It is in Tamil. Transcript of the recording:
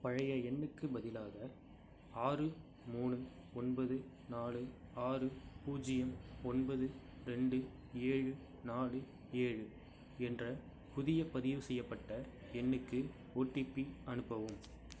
பழைய எண்ணுக்குப் பதிலாக ஆறு மூணு ஒன்பது நாலு ஆறு பூஜ்ஜியம் ஒன்பது ரெண்டு ஏழு நாலு ஏழு என்ற புதிய பதிவுசெய்யப்பட்ட எண்ணுக்கு ஒடிபி அனுப்பவும்